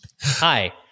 Hi